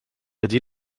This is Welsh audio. ydy